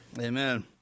Amen